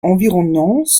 environnants